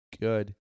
good